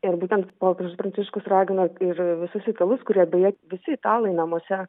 ir būtent popiežius pranciškus ragino ir visus italus kurie beje visi italai namuose